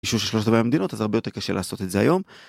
שלושת רבעי המדינות. אז זה הרבה יותר קשה לעשות את זה היום.